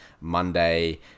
Monday